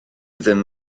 ddim